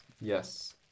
yes